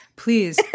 Please